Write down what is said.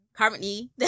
Currently